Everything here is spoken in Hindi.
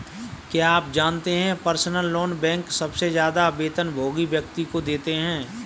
क्या आप जानते है पर्सनल लोन बैंक सबसे ज्यादा वेतनभोगी व्यक्ति को देते हैं?